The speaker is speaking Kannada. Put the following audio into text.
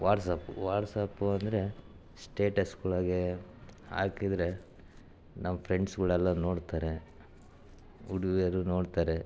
ವಾಟ್ಸಪ್ಪು ವಾಟ್ಸಪ್ಪು ಅಂದರೆ ಸ್ಟೇಟಸ್ಗಳಿಗೆ ಹಾಕಿದರೆ ನಮ್ಮ ಫ್ರೆಂಡ್ಸ್ಗಳೆಲ್ಲ ನೋಡ್ತಾರೆ ಹುಡುಗಿಯರು ನೋಡ್ತಾರೆ